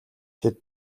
тэд